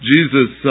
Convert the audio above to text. Jesus